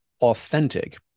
authentic